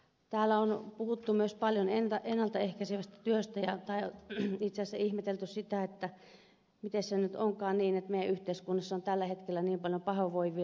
täällä on puhuttu myös paljon ennalta ehkäisevästä työstä tai itse asiassa ihmetelty sitä että mitenkäs se nyt onkaan niin että meidän yhteiskunnassamme on tällä hetkellä niin paljon pahoinvoivia ihmisiä